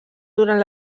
durant